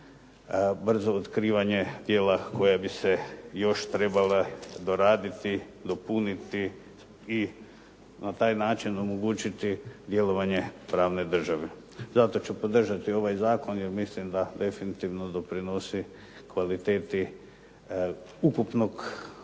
brzo otkrivanje djela koja bi se još trebala doraditi, dopuniti i na taj način omogućiti djelovanje pravne države. Zato ću podržati ovaj zakon, jer mislim da definitivno doprinosi kvaliteti ukupnog